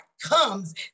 comes